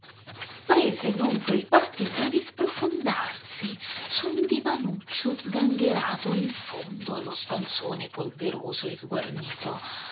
prese dunque il partito di sprofondarsi su un divanuccio sgangherato in fondo allo stanzone polveroso e sguarnito